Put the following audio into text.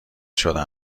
شده